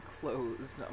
closed